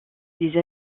des